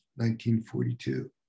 1942